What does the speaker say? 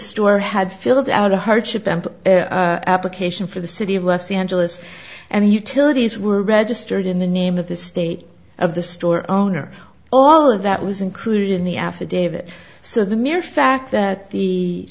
store had filled out a hardship temp application for the city of los angeles and utilities were registered in the name of the state of the store owner all of that was included in the affidavit so the mere fact that the